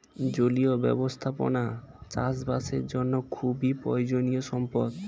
জলীয় ব্যবস্থাপনা চাষবাসের জন্য খুবই প্রয়োজনীয় সম্পদ